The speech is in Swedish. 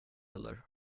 eller